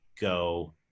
go